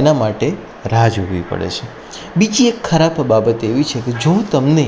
એના માટે રાહ જોવી પડે છે બીજી એક ખરાબ બાબત એવી છે કે જો તમને